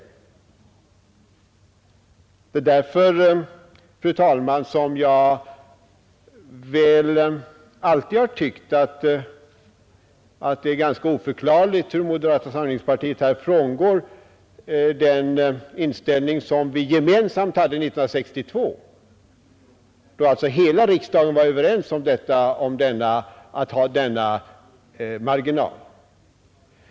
Jag har väl alltid tyckt att det är ganska oförklarligt att moderata samlingspartiet här frångår den inställning som vi gemensamt hade 1962, då riksdagen var överens om att ha denna marginal.